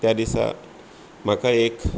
त्या दिसा म्हाका एक